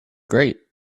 great